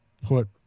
put